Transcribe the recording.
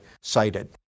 cited